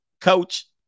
coach